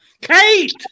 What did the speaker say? kate